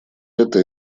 это